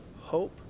hope